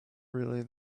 really